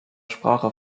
sprache